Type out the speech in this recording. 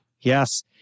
Yes